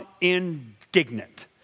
indignant